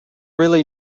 really